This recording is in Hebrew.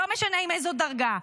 לא משנה עם איזו דרגה,